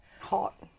Hot